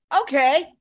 Okay